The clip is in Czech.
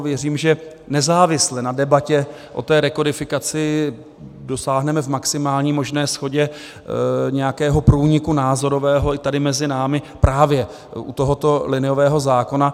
Věřím, že nezávisle na debatě o té rekodifikaci dosáhneme v maximální možné shodě nějakého průniku názorového i tady mezi námi právě u tohoto liniového zákona.